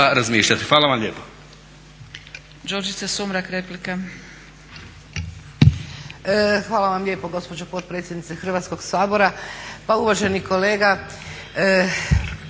razmišljati. Hvala vam lijepo.